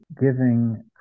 giving